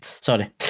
sorry